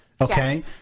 Okay